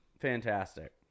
fantastic